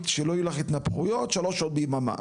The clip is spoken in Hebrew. כדי שלא יהיו לך התנפחויות שלוש שעות ביממה,